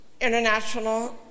International